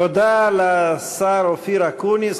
תודה לשר אופיר אקוניס.